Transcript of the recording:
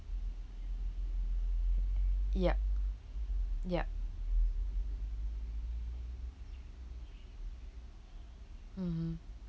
yup yup mmhmm